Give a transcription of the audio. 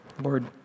Lord